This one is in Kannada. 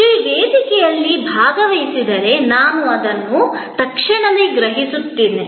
ನೀವು ವೇದಿಕೆಯಲ್ಲಿ ಭಾಗವಹಿಸಿದರೆ ನಾನು ಅದನ್ನು ತಕ್ಷಣವೇ ಗ್ರಹಿಸುತ್ತೇನೆ